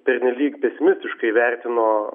pernelyg pesimistiškai vertino